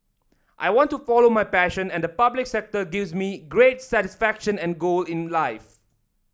I want to follow my passion and the public sector gives me greater satisfaction and goal in life